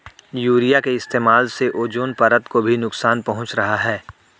urea के इस्तेमाल से ओजोन परत को भी नुकसान पहुंच रहा है